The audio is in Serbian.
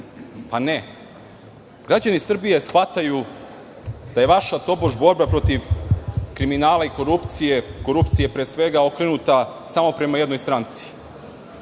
Ne. Građani Srbije shvataju da je vaša tobož borba protiv kriminala i korupcije, pre svega korupcije okrenuta samo prema jednoj stranci